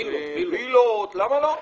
וילות.